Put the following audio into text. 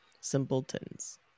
Simpletons